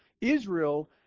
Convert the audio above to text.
Israel